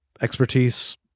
expertise